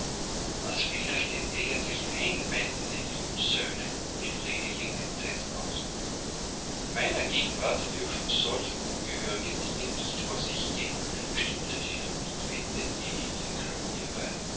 was fällt euch denn eigentlich ein meine lieben söhne rief lady lynn entsetzt aus in meiner gegenwart dürfen solche ungehörige dinge nicht vor sich gehen stimmte die verwitwete lady ingram ihr bei